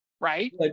right